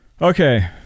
Okay